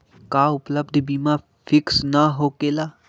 का उपलब्ध बीमा फिक्स न होकेला?